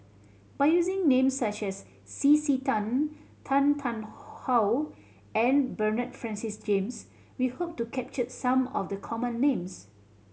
by using names such as C C Tan Tan Tarn How and Bernard Francis James we hope to capture some of the common names